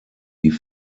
die